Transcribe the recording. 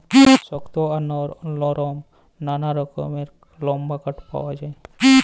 শক্ত আর লরম ম্যালা রকমের লাম্বার কাঠ পাউয়া যায়